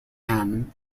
hen